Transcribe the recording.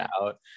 out